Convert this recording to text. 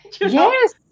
yes